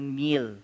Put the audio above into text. meal